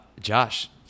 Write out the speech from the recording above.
Josh